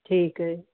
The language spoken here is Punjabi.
ਠੀਕ ਹੈ